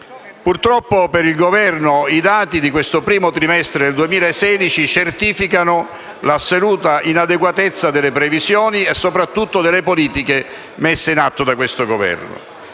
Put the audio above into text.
Purtroppo per il Governo, i dati di questo primo trimestre del 2016 certificano l'assoluta inadeguatezza delle previsioni e soprattutto delle politiche messe in atto da questo Governo.